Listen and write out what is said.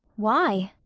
why?